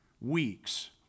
weeks